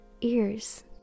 ears